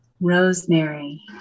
Rosemary